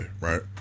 right